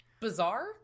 bizarre